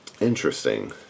Interesting